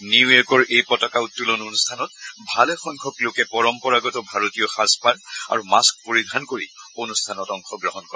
নিউইৰ্য়কৰ এই পতাকা উত্তোলন অনুষ্ঠানত ভালেসংখ্যক লোকে পৰম্পৰাগত ভাৰতীয় সাজপাৰ আৰু মাস্থ পৰিধান কৰি অনুষ্ঠানত অংশগ্ৰহণ কৰে